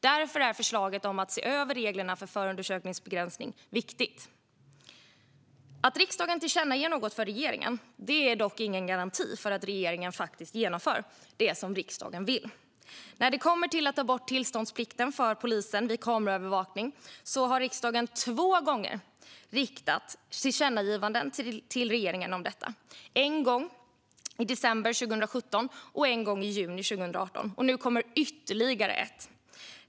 Därför är förslaget om att se över reglerna för förundersökningsbegränsning viktigt. Att riksdagen tillkännager något för regeringen är dock ingen garanti för att regeringen faktiskt genomför det som riksdagen vill. Riksdagen har två gånger riktat tillkännagivanden till regeringen om detta med att ta bort tillståndsplikten för polisen vid kameraövervakning - en gång i december 2017 och en gång i juni 2018. Nu kommer ytterligare ett.